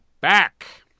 back